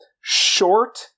short-